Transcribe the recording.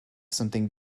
something